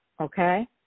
Okay